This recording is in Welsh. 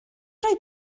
roi